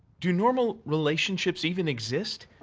do normal relationships even exist?